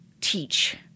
teach